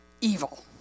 evil